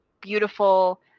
beautiful